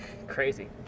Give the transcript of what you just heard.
crazy